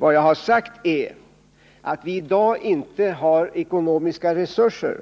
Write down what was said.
Vad jag sagt är att vi i dag inte har ekonomiska resurser